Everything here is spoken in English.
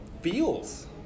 feels